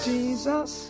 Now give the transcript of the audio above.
Jesus